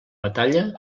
batalla